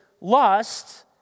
lust